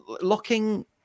locking